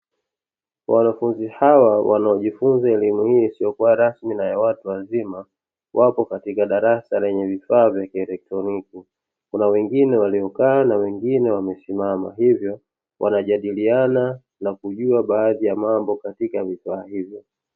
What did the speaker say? Wanafunzi hawa wanaojifunza elimu hii isiyokuwa rasmi na ya watu wazima wapo katika darasa lenye vifaa vya kielektroniki kuna wengine waliyokaa na wengine wamesimama hivyo wanajadiliana na kujua baadhi ya mambo katika vifaa hivyo.